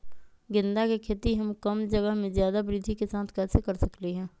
गेंदा के खेती हम कम जगह में ज्यादा वृद्धि के साथ कैसे कर सकली ह?